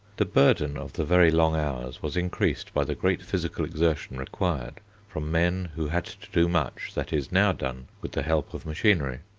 the burden of the very long hours was increased by the great physical exertion required from men who had to do much that is now done with the help of machinery.